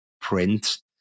print